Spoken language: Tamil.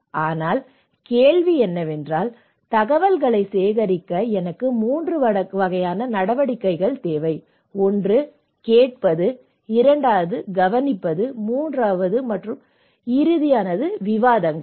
ஆனால் கேள்வி என்னவென்றால் தகவல்களைச் சேகரிக்க எனக்கு 3 வகையான நடவடிக்கைகள் தேவை ஒன்று கேட்கிறது இரண்டாவது கவனிப்பு மற்றும் இறுதியாக விவாதங்கள்